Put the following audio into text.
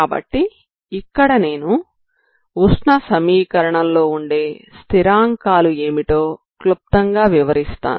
కాబట్టి ఇక్కడ నేను ఉష్ణ సమీకరణంలో ఉండే స్థిరాంకాలు ఏమిటో క్లుప్తంగా వివరిస్తాను